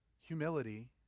humility